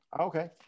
okay